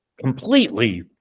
completely